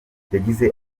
yagize